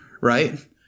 right